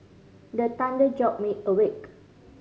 the thunder jolt me awake